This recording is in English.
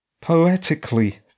poetically